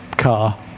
Car